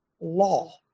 law